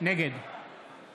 נגד